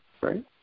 right